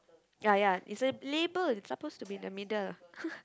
ya ya it's a label it's supposed to be in the middle